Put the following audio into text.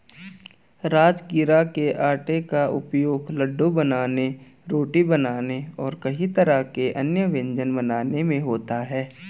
राजगिरा के आटे का उपयोग लड्डू बनाने रोटी बनाने और कई तरह के अन्य व्यंजन बनाने में होता है